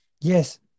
Yes